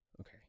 okay